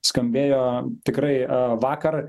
skambėjo tikrai vakar